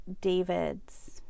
David's